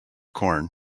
corn